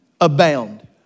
abound